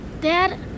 Dad